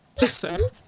listen